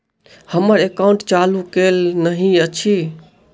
हम्मर एकाउंट चालू केल नहि अछि?